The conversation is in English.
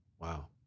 Wow